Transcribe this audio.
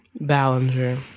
Ballinger